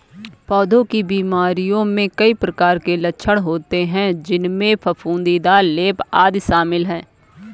पौधों की बीमारियों में कई प्रकार के लक्षण होते हैं, जिनमें फफूंदीदार लेप, आदि शामिल हैं